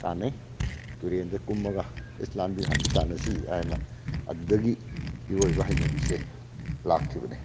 ꯇꯥꯟꯅꯩ ꯇꯨꯔꯦꯟꯗ ꯀꯨꯝꯃꯒ ꯏꯁ ꯂꯥꯟꯕꯤ ꯍꯥꯟꯕꯤ ꯇꯥꯟꯅꯁꯤ ꯍꯥꯏꯅ ꯑꯗꯨꯗꯒꯤ ꯏꯔꯣꯏꯕ ꯍꯩꯅꯕꯤꯁꯦ ꯂꯥꯛꯈꯤꯕꯅꯤ